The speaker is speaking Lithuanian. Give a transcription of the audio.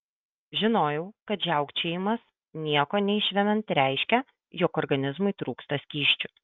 žinojau kad žiaukčiojimas nieko neišvemiant reiškia jog organizmui trūksta skysčių